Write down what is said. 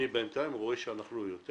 בינתיים אני רואה שאנחנו יותר